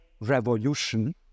revolution